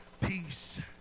peace